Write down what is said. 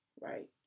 right